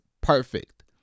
perfect